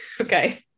Okay